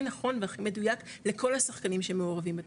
נכון והכי מדויק לכל השחקנים שמעורבים בתוכנית,